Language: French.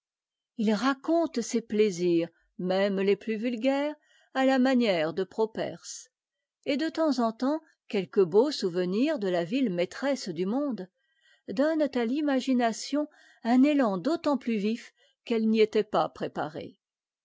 il raconte ses plaisirs même ies pius vu gaires à ta manière de properce et de temps en temps quelques beaux souvenirs de la viite ma tresse du monde donnent à l'imagination un éian d'autant p us vif qu'e e n'y était pas préparée